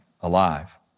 alive